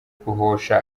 guhosha